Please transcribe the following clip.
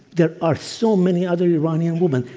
there are so many other iranian women.